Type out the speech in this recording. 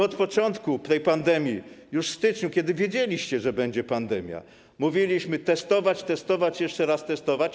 Od początku tej pandemii, już w styczniu, kiedy wiedzieliście, że będzie pandemia, my mówiliśmy: testować, testować, jeszcze raz testować.